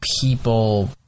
people